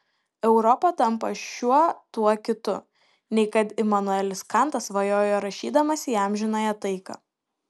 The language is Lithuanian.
europa tampa šiuo tuo kitu nei kad imanuelis kantas svajojo rašydamas į amžinąją taiką